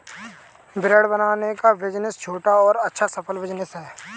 bread बनाने का business छोटा और अच्छा सफल बिज़नेस है